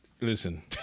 Listen